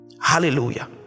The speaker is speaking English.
Hallelujah